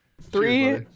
Three